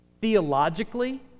theologically